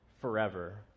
forever